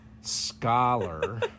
scholar